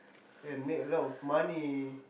and make a lot of money